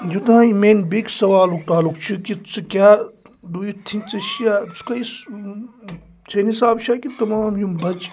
یوتانۍ میانہِ بیٚکہِ سوالُک تعلق چھُ کہ ژٕ کیاہ ڈو یو تھنک ژےٚ چھُ یا ژٕ چھکھا یہِ چانہِ حساب چھا کہ تَمام یِم بَچہ